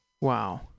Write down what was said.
Wow